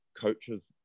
coaches